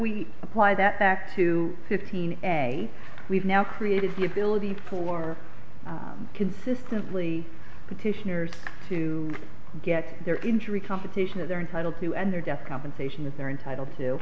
we apply that back to fifteen day we've now created the ability for consistently petitioners to get their injury competition that they're entitled to and their death compensation that they're entitled to